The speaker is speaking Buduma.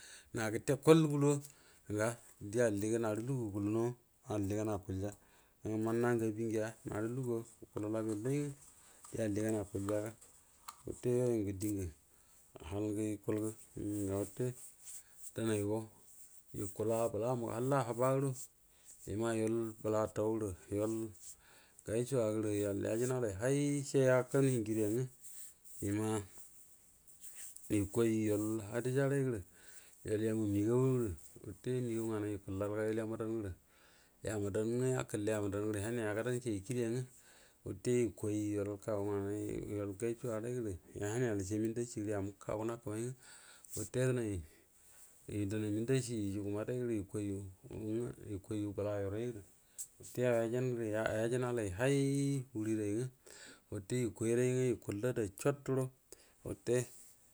Na gəte lal gulu’a die alligə narə lugu gulunaw a alligan akuə ja uh mənna gə abingəa, na lugu a guku lau labia lay ngwə die alligan’a akuəlja ga, wutə you yungə dəngə hal gə yukurlgə, uhm ga water denay go yukula bəla muga halla huba guəro, yəma yual bəla atau gəro yual gashua gərə yal yajə n alary hay ciey akanu hienjie ray gwə yəma yəkon yual hadija ray gəro yual yamu məgəaw gərv, wate məgəaw nagay yə kuəlal yual yemədan gəro yamədan gwə, yakəle y amadan gərə hayanay asadan ci aykieray ngwə, wute yukoy ajual kagus nganay, yual gashu’a ray gərə yal hənayyel ciey mənda cieray gərə yamu kkahuə naka may ngwə wute həanay wute denay denay nənda cie yujugu madey gərə yukoy yue, yue koy yu bəla yuray gərə wute yau yajan gərə, yau yajan nalay hay wuri ray ngwə wute yukuay ray ngwv yukuəl rə ada cuot guəro. wute